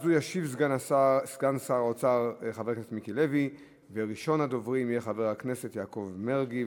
והרווחה, ומי שנגד מתנגד להצעה הזאת.